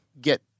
get